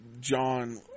John